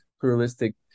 pluralistic